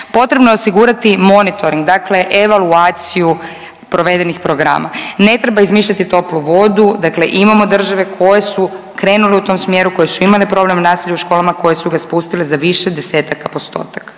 Potrebno je osigurati monitoring, dakle evaluaciju provedenih programa. Ne treba izmišljati toplu vodu. Dakle, imamo države koje su krenule u tom smjeru, koje su imale problem nasilja u školama, koje su ga spustile za više desetaka postotaka.